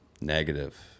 Negative